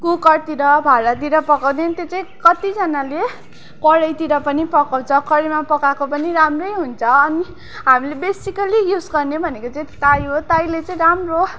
कुकरतिर भाँडातिर पकाउँदैन त्यो चाहिँ कतिजनाले कराईतिर पनि पकाउँछ कराईमा पकाएको पनि राम्रै हुन्छ अनि हामीले बेसिकल्ली युज गर्ने भनेको चाहिँ ताई हो ताईले चाहिँ राम्रो